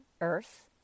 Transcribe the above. earth